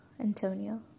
Antonio